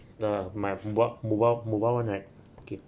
the my mobile mobile mobile one right okay